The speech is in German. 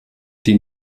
die